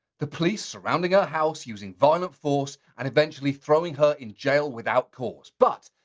the police surrounding her house using violent force, and eventually throwing her in jail without cause. but,